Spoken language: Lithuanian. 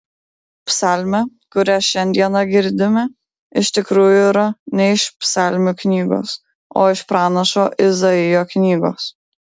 psalmė kurią šiandieną girdime iš tikrųjų yra ne iš psalmių knygos o iš pranašo izaijo knygos